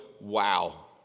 wow